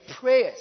prayers